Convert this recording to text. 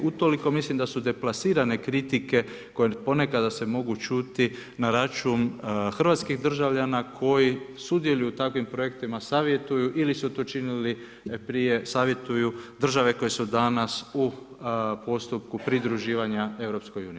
Utoliko mislim da su deplasirane kritike koje ponekada se mogu čuti na račun hrvatskih državljana koji sudjeluju u takvim projektima, savjetuju ili su to činili prije, savjetuju države koje su danas u postupku pridruživanja EU.